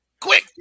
Quick